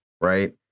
right